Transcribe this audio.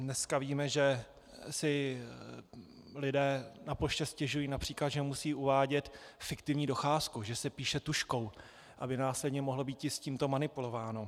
Dneska víme, že si lidé na poště stěžují například, že musí uvádět fiktivní docházku, že se píše tužkou, aby následně mohlo býti s tímto manipulováno.